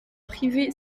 privée